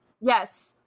Yes